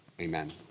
amen